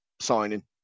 Signing